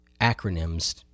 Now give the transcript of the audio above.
acronyms